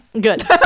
good